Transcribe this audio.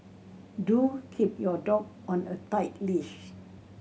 do keep your dog on a tight leash